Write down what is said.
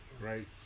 Right